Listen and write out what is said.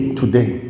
today